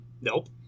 Nope